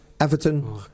Everton